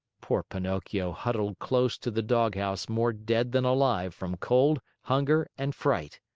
poor pinocchio huddled close to the doghouse more dead than alive from cold, hunger, and fright.